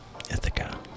Ithaca